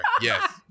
Yes